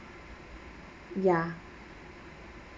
ya